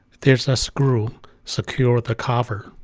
there's a screw secure the cover.